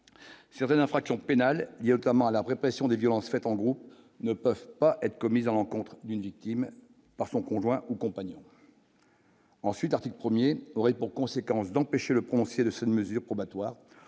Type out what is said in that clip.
certaines infractions pénales, il y a notamment à la répression des violences faites en groupe ne peuvent pas être commises à l'encontre d'une victime par son conjoint ou compagnon. Ensuite, article 1er aurait pour conséquence d'empêcher le prononcé de sa mesure probatoire